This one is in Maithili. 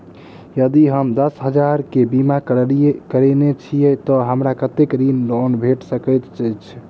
यदि हम दस हजार केँ बीमा करौने छीयै तऽ हमरा कत्तेक ऋण वा लोन भेट सकैत अछि?